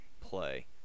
play